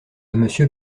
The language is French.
monsieur